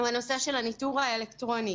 הוא הנושא של הניטור האלקטרוני